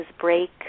break